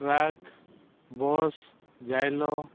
truck bus ᱡᱟᱭᱞᱳ